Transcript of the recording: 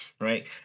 right